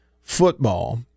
football